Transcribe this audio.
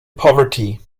poverty